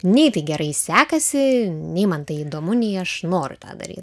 nei tai gerai sekasi nei man tai įdomu nei aš noriu tą daryt